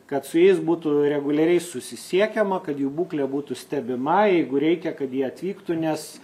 kad su jais būtų reguliariai susisiekiama kad jų būklė būtų stebima jeigu reikia kad jie atvyktų nes